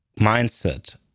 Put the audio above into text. mindset